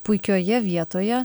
puikioje vietoje